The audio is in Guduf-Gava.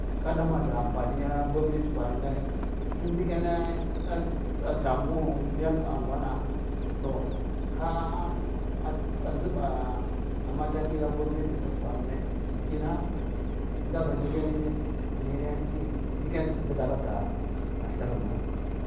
Kada manda amfaniya ngomnet kwarane tsin dikene damamuwan mbiya angwana to ka zɓa matakiya gomnete tif kwarane to tina daba ndikenine niyan tsa dgal ka thrammana ka.